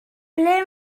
ble